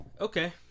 Okay